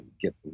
get